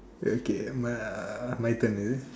okay my uh my turn is it